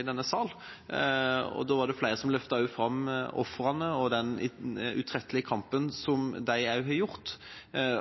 om denne saken for et par måneder siden i denne sal. Da var det flere som løftet fram ofrene og den utrettelige kampen de har kjempet,